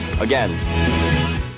Again